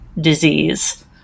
disease